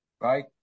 right